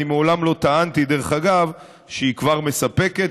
מעולם לא טענתי שהיא כבר מספקת,